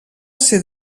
ser